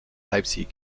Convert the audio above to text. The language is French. leipzig